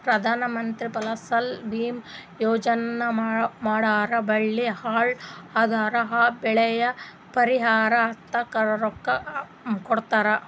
ಪ್ರಧಾನ ಮಂತ್ರಿ ಫಸಲ ಭೀಮಾ ಯೋಜನಾ ಮಾಡುರ್ ಬೆಳಿ ಹಾಳ್ ಅದುರ್ ಆ ಬೆಳಿಗ್ ಪರಿಹಾರ ಅಂತ ರೊಕ್ಕಾ ಕೊಡ್ತುದ್